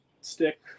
stick